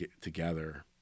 together